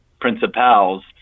principals